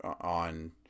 on